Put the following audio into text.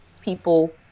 people